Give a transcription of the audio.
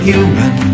Human